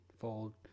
fold